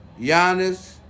Giannis